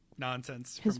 nonsense